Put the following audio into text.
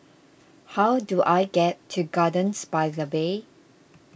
how do I get to Gardens by the Bay